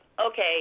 Okay